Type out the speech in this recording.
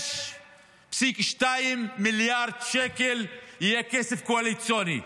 5.2 מיליארד שקל יהיה כסף קואליציוני.